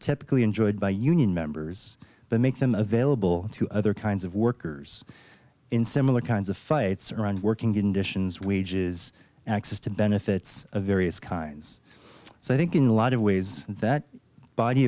typically enjoyed by union members but make them available to other kinds of workers in similar kinds of fights around working conditions wages access to benefits of various kinds so i think in a lot of ways that body